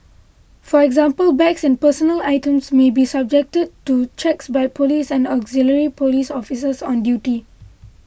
for example bags and personal items may be subjected to checks by police and auxiliary police officers on duty